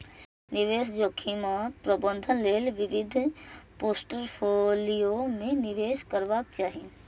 निवेश जोखिमक प्रबंधन लेल विविध पोर्टफोलियो मे निवेश करबाक चाही